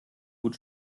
gut